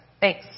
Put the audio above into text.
thanks